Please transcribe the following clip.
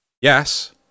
Yes